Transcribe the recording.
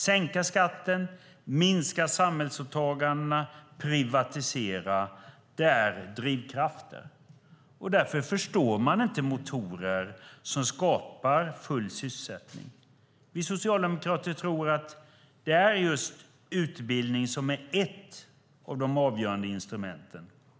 Sänka skatten, minska samhällsåtagandena, privatisera - det är drivkrafterna. Därför förstår man inte motorer som skapar full sysselsättning. Vi socialdemokrater tror att det är just utbildning som är ett av de avgörande instrumenten.